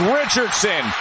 richardson